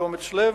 באומץ לב,